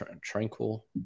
Tranquil